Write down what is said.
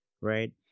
right